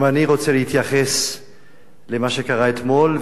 גם אני רוצה להתייחס למה שקרה אתמול,